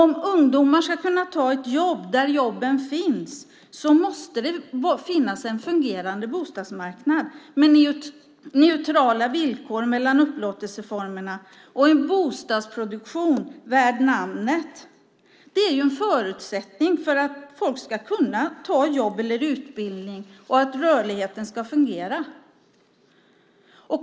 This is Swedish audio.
Om ungdomar ska kunna ta ett jobb där jobben finns måste det finnas en fungerande bostadsmarknad med neutrala villkor mellan upplåtelseformerna och en bostadsproduktion värd namnet. Det är en förutsättning för att folk ska kunna ta ett jobb eller påbörja en utbildning och för att rörligheten ska fungera.